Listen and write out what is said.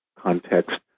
context